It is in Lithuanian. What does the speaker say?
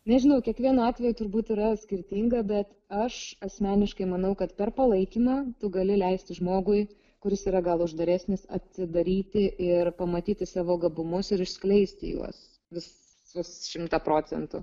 nežinau kiekvienu atveju turbūt yra skirtinga bet aš asmeniškai manau kad per palaikina tu gali leisti žmogui kuris yra gal uždaresnis atsidaryti ir pamatyti savo gabumus ir išskleisti juos visus šimtą procentų